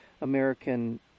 American